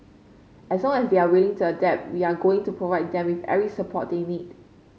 as song as they are willing to adapt we are going to provide them with every support they need